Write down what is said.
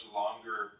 longer